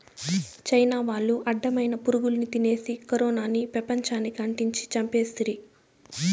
China వాళ్లు అడ్డమైన పురుగుల్ని తినేసి కరోనాని పెపంచానికి అంటించి చంపేస్తిరి